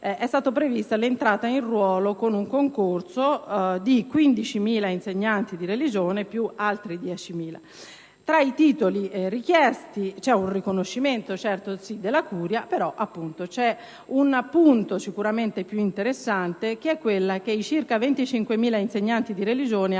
è stata prevista l'entrata in ruolo con un concorso di 15.000 insegnanti di religione più altri 10.000. Tra i titoli richiesti c'è un riconoscimento, certo, della Curia, però c'è un appunto sicuramente più interessante, ossia che i circa 25.000 insegnanti di religione, al